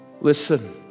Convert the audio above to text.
Listen